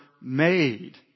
made